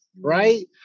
right